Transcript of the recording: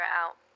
out